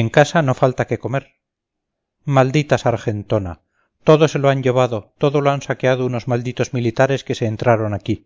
en casa no falta qué comer maldita sargentona todo se lo han llevado todo lo han saqueado unos malditos militares que se entraron aquí